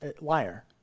liar